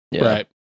Right